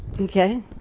Okay